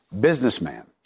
businessman